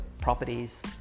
properties